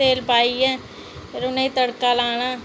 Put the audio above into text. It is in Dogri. तेल पाइयै फिर उ'नेंगी तड़का लाना